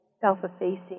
self-effacing